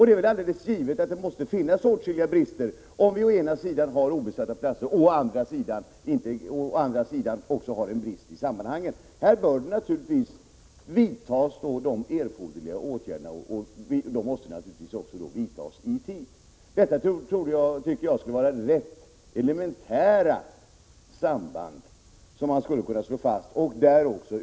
Det är alldeles givet att det måste finnas åtskilliga brister om vi å ena sidan har obesatta platser, och å andra sidan också har brist på utbildad personal. Här bör naturligtvis vidtas erforderliga åtgärder, och det måste göras i tid. Jag tycker att detta skulle vara rätt elementära samband, som det vore ganska enkelt att slå fast.